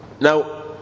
now